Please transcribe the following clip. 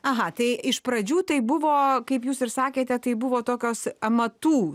aha tai iš pradžių tai buvo kaip jūs ir sakėte tai buvo tokios amatų